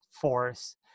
force